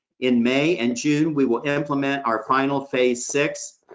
in may and june, we will implement our final phase six,